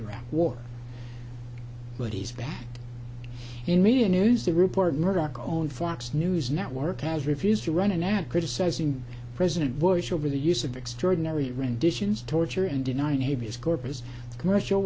iraq war but he's back in media news to report murdoch owned fox news network has refused to run an ad criticizing president bush over the use of extraordinary renditions torture and deny nabi is corpus commercial